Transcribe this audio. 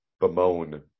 bemoan